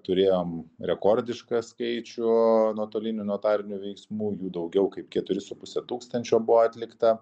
turėjom rekordišką skaičių nuotolinių notarinių veiksmų jų daugiau kaip keturi su puse tūkstančio buvo atlikta